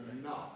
enough